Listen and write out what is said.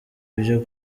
ibyo